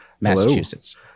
Massachusetts